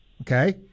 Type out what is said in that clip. Okay